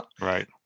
Right